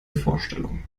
vorstellung